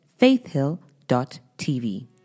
faithhill.tv